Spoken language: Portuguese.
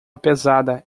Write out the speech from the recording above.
pesada